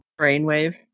Brainwave